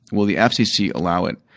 will the ah fcc allow it?